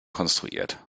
konstruiert